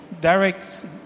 direct